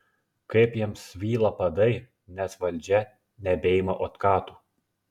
kaip jiems svyla padai nes valdžia nebeima otkatų